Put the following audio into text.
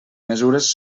mesures